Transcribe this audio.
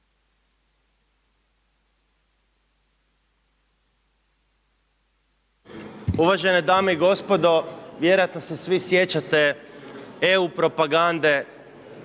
Uvažene dame i gospodo, vjerojatno se svi sjećate EU propagande